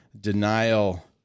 denial